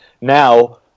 now